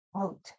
out